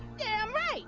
damn right